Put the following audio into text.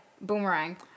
Boomerang